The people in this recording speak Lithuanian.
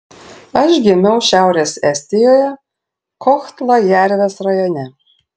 aš gimiau šiaurės estijoje kohtla jervės rajone